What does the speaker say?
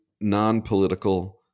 non-political